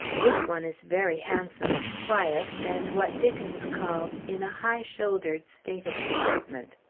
this one is very handsome, quiet, and what dickens calls in a high-shouldered state of deportment.